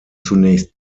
zunächst